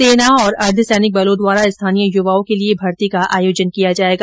सेना और अर्द्धसैनिक बलों द्वारा स्थानीय युवाओं के लिए भर्ती का आयोजन किया जाएगा